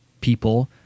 people